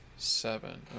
seven